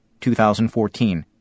2014